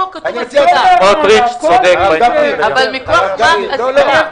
מקבל את הפטור מארנונה גם אם הוא לא זכאי